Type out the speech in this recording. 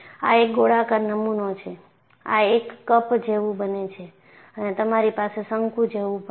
આ એક ગોળાકાર નમૂનો છે આ એક કપ જેવું બને છે અને તમારી પાસે શંકુ જેવું પણ છે